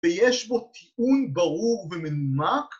‫ויש בו טיעון ברור ומנומק.